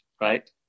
right